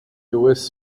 lewis